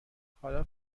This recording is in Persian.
حالا